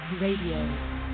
Radio